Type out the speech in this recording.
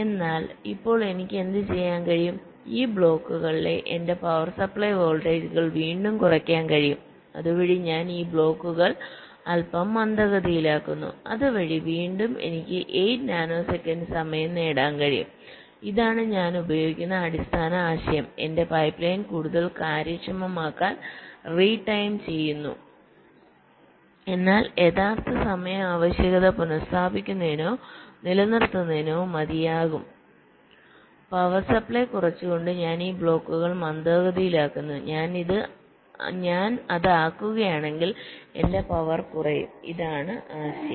എന്നാൽ ഇപ്പോൾ എനിക്ക് എന്തുചെയ്യാൻ കഴിയും ഈ ബ്ലോക്കുകളിലെ എന്റെ പവർ സപ്ലൈ വോൾട്ടേജുകൾ വീണ്ടും കുറയ്ക്കാൻ കഴിയും അതുവഴി ഞാൻ ഈ ബ്ലോക്കുകൾ അൽപ്പം മന്ദഗതിയിലാക്കുന്നു അതുവഴി വീണ്ടും എനിക്ക് 8 നാനോ സെക്കൻഡ് സമയം നേടാൻ കഴിയും ഇതാണ് ഞാൻ ഉപയോഗിക്കുന്ന അടിസ്ഥാന ആശയം എന്റെ പൈപ്പ്ലൈൻ കൂടുതൽ കാര്യക്ഷമമാക്കാൻ റീടൈം ചെയ്യുന്നു എന്നാൽ യഥാർത്ഥ സമയ ആവശ്യകത പുനഃസ്ഥാപിക്കുന്നതിനോ നിലനിർത്തുന്നതിനോ മതിയാകും പവർ സപ്ലൈ കുറച്ചുകൊണ്ട് ഞാൻ ബ്ലോക്കുകൾ മന്ദഗതിയിലാക്കുന്നു ഞാൻ അത് ആക്കുകയാണെങ്കിൽ എന്റെ പവറും കുറയും ഇതാണ് ആശയം